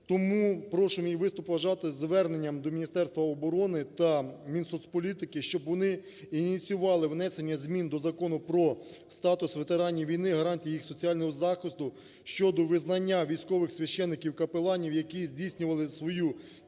Тому прошу мій виступ вважати звернення до Міністерства оборони та Мінсоцполітики, щоб вони ініціювали внесення змін до Закону "Про статус ветеранів війни, гарантії їх соціального захисту" щодо визнання військових священиків капеланів, які здійснювали свою